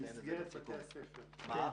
במסגרת בתי הספר.